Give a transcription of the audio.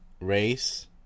race